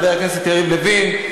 חבר הכנסת יריב לוין,